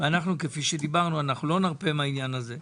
אנחנו, כפי שדיברנו, אנחנו לא נרפה מהעניין הזה.